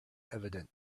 evident